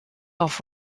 off